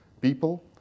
people